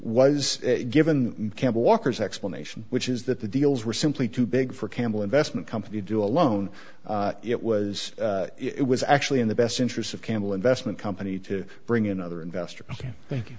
was given campbell walker's explanation which is that the deals were simply too big for campbell investment company do alone it was it was actually in the best interests of campbell investment company to bring in other investors again thank